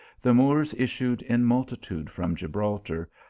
the moors issued in multitudes from gibraltar,